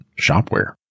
Shopware